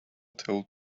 told